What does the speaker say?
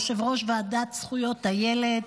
יושב-ראש ועדת זכויות הילד,